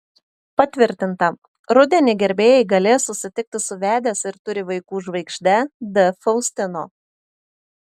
patvirtinta rudenį gerbėjai galės susitikti su vedęs ir turi vaikų žvaigžde d faustino